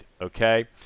okay